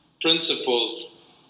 principles